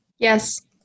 Yes